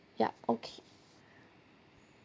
ya okay